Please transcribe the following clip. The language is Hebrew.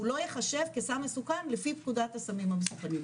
הוא לא ייחשב כסם מסוכן לפי פקודת הסמים המסוכנים.